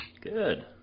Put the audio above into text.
Good